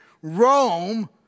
Rome